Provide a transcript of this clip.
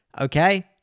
Okay